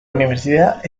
universidad